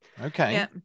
okay